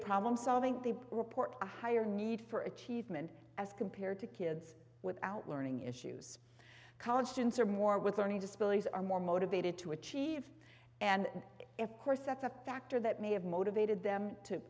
problem solving the report a higher need for achievement as compared to kids without learning issues college students or more with learning disabilities are more motivated to achieve and if course that's a factor that may have motivated them to